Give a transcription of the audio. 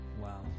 Wow